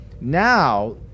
now